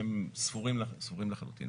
הם ספורים לחלוטין.